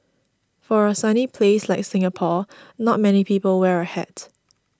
for a sunny place like Singapore not many people wear a hat